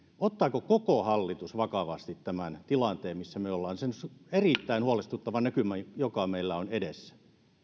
ottaako koko hallitus vakavasti tämän tilanteen missä me olemme se on erittäin huolestuttava näkymä joka meillä on edessä